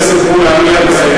עם ההסתייגויות, האופוזיציה?